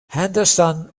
henderson